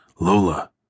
Lola